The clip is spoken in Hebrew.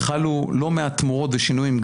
חלו לא מעט תמורות ושיוניים.